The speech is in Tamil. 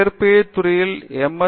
இயற்பியல் துறையில் எம்